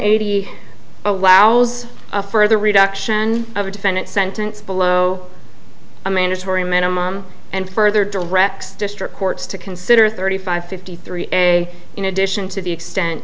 eighty allows for the reduction of a defendant sentence below a mandatory minimum and further directs the district courts to consider thirty five fifty three a in addition to the extent